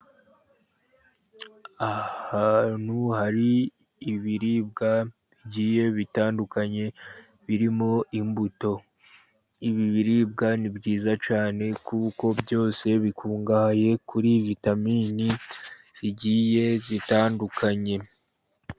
Ahantu hari ibiribwa bigiye bitandukanye birimo imbuto. Ibi biribwa ni byiza cyane kuko byose bikungahaye kuri vitamini zigiye zitandukanye.